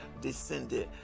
descended